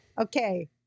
Okay